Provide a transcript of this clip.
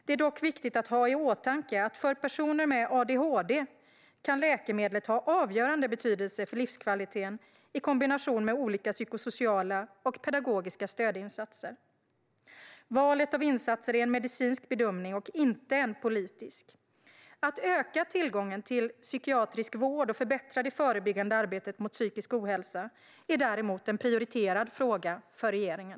Det är dock viktigt att ha i åtanke att för personer med adhd kan läkemedlet ha avgörande betydelse för livskvaliteten i kombination med olika psykosociala och pedagogiska stödinsatser. Valet av insatser är en medicinsk bedömning och inte en politisk. Att öka tillgången till psykiatrisk vård och förbättra det förebyggande arbetet mot psykisk ohälsa är däremot en prioriterad fråga för regeringen.